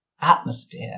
atmosphere